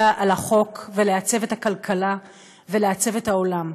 על החוק ולעצב את הכלכלה ולעצב את העולם.